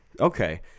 Okay